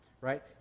right